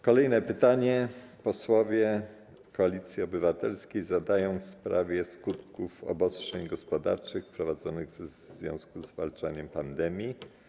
Kolejne pytanie posłowie Koalicji Obywatelskiej zadadzą w sprawie skutków obostrzeń gospodarczych wprowadzonych w związku ze zwalczaniem pandemii.